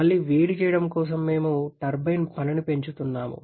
మళ్లీ వేడి చేయడం కోసం మేము టర్బైన్ పనిని పెంచుతున్నాము